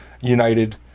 United